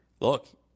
look—